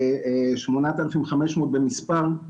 כ-8,500 במספר,